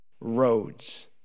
roads